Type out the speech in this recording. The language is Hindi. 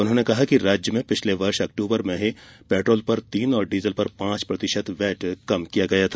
उन्होंने कहा कि राज्य में पिछले वर्ष अक्टूबर में ही पेट्रोल पर तीन और डीजल पर पांच प्रतिशत वैट कम किया गया था